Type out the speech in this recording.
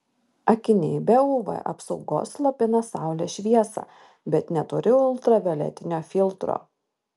akiniai be uv apsaugos slopina saulės šviesą bet neturi ultravioletinio filtro